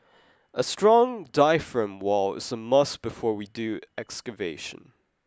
a strong diaphragm wall is a must before we do excavation